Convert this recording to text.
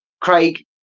Craig